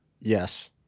Yes